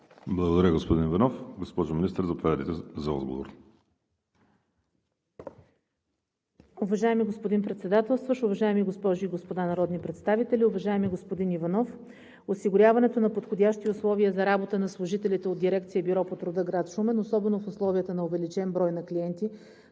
Благодаря, господин Иванов. Госпожо Министър, заповядайте за отговор. МИНИСТЪР ДЕНИЦА САЧЕВА: Уважаеми господин Председателстващ, уважаеми госпожи и господа народни представители! Уважаеми господин Иванов, осигуряването на подходящи условия за работа на служителите от Дирекция „Бюро по труда“ – град Шумен, особено в условията на увеличен брой на клиенти